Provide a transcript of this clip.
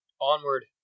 Onward